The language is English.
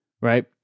right